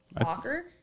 soccer